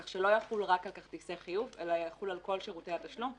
כך שלא יחול רק על כרטיסי חיוב אלא יחול על כל שירותי התשלום.